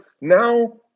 now